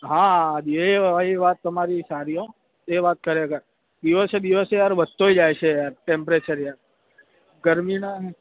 હા જે હોય એ વાત તમારી સારી હોં એ વાત ખરેખર દિવસે દિવસે યાર વધતો જાય છે યાર ટેમ્પરેચર યાર ગરમીનાં